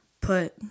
put